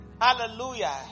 hallelujah